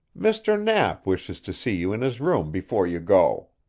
mr. knapp wishes to see you in his room before you go.